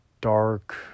dark